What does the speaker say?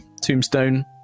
tombstone